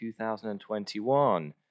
2021